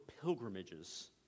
pilgrimages